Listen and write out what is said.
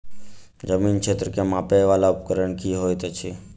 जमीन क्षेत्र केँ मापय वला उपकरण की होइत अछि?